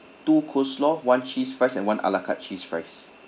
two coleslaw one cheese fries and one ala carte cheese fries